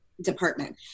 department